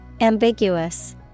Ambiguous